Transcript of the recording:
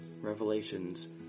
Revelations